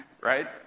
right